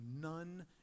none